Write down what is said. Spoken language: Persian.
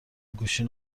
گوشی